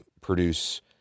produce